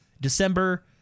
December